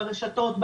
ברשתות,